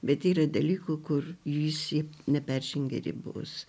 bet yra dalykų kur visi neperžengia ribos